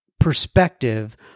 Perspective